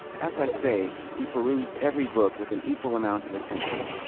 as i say, he perused every book with an equal amount of attention,